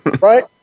right